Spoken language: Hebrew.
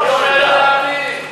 היית מיטיב לעשות אם לא היית קופץ.